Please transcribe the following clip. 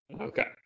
Okay